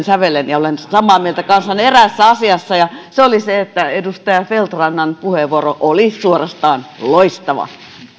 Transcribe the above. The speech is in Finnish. sävelen ja olen samaa mieltä kanssanne eräässä asiassa ja se oli se että edustaja feldt rannan puheenvuoro oli suorastaan loistava